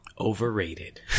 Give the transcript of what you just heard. Overrated